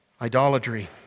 idolatry